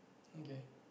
okay